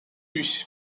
lui